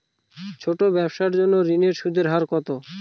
ছোট ব্যবসার জন্য ঋণের সুদের হার কত?